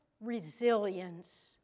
resilience